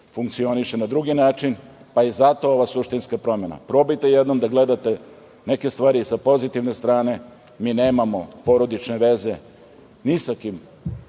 funkcioniše na drugi način, pa je zato ova suštinska promena. Probajte jednom da gledate neke stvari sa pozitivne strane, mi nemamo porodične veze ni sa kim,